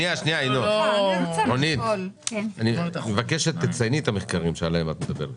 אני מבקש שתצייני את המחקרים שעליהם את מדברת.